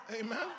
Amen